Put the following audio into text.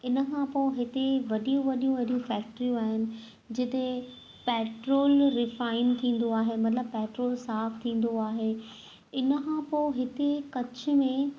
हिन खां पोइ हिते वॾियूं वॾियूं वॾियूं फैक्ट्रियूं आहिनि जिते पैट्रोल रिफाईन थींदो आहे मतलबु पैट्रोल साफ़ु थींदो आहे हिन खां पोइ हिते कच्छ में